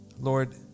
Lord